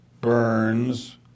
Burns